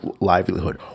livelihood